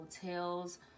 hotels